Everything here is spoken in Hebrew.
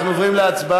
אנחנו עוברים להצבעה.